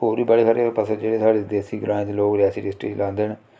होर बी बड़े सारे फसल जेहड़े साढ़े देसी ग्रांए च लोग रियासी डिस्ट्रिक च लांदे न